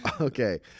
Okay